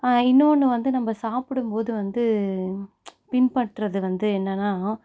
இன்னொன்று வந்து நம்ம சாப்பிடும் போது வந்து பின்பற்றது வந்து என்னென்னா